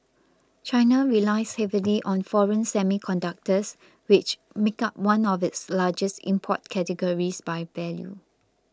China relies heavily on foreign semiconductors which make up one of its largest import categories by value